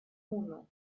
муну